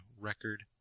record